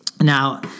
Now